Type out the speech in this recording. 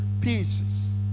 pieces